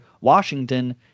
Washington